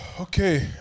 okay